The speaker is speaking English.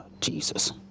Jesus